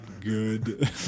good